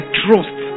trust